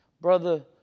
Brother